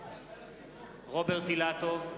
רוברט אילטוב,